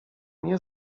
nie